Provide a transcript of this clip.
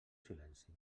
silenci